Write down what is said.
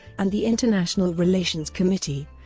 and the international relations committee,